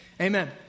amen